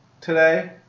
today